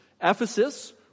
Ephesus